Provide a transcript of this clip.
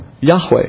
Yahweh